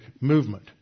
movement